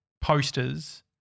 posters